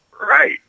Right